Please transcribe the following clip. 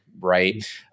right